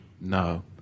no